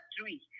three